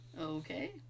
Okay